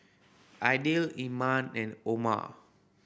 Aidil Iman and Umar